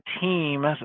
team